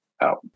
Out